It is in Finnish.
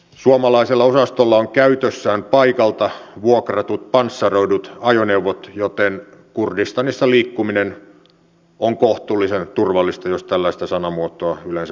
suomalaisella osastolla on käytössään paikalta vuokratut panssaroidut ajoneuvot joten kurdistanissa liikkuminen on kohtuullisen turvallista jos tällaista sanamuotoa yleensä voi käyttää